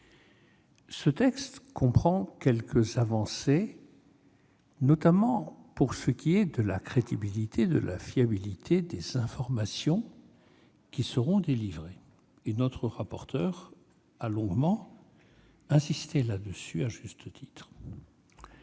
ce texte comprend quelques avancées, notamment pour ce qui est de la crédibilité, de la fiabilité des informations qui seront délivrées. Notre rapporteur a longuement insisté sur ce point, à juste titre.